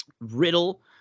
Riddle